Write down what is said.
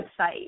website